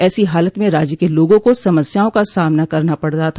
ऐसी हालत में राज्य के लोगों को समस्याओं का सामना करना पड़ रहा था